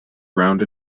round